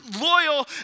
loyal